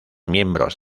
miembros